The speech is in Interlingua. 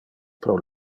pro